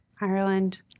Ireland